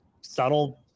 subtle